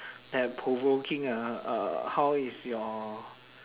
that provoking ah uh how is your